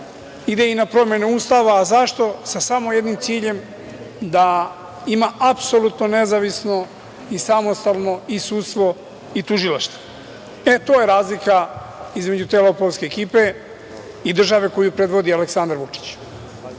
ide i na promene Ustava. A zašto? Sa samo jednim ciljem, da ima apsolutno nezavisno i samostalno i sudstvo i tužilaštvo. E to je razlika između te lopovske ekipe i države koju predvodi Aleksandar Vučić.